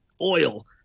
oil